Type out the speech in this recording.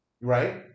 Right